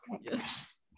Yes